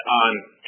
on